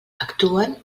actuen